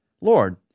Lord